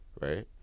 right